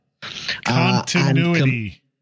Continuity